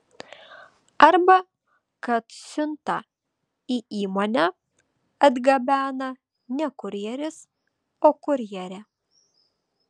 arba kad siuntą į įmonę atgabena ne kurjeris o kurjerė